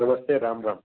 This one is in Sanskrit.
नमस्ते राम् राम्